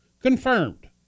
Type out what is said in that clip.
Confirmed